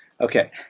Okay